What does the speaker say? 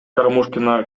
карамушкина